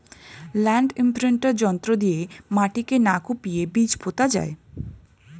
land imprinter যন্ত্র দিয়ে মাটিকে না কুপিয়ে বীজ পোতা যায়